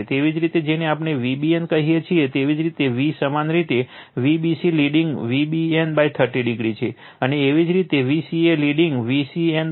એવી જ રીતે જેને આપણે Vbn કહીએ છીએ તેવી જ રીતે v સમાન રીતે Vbc લિડીંગ Vbn30o છે અને એવી જ રીતે Vca લિડીંગ Vcn30o છે